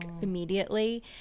immediately